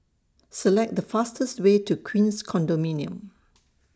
Select The fastest Way to Queens Condominium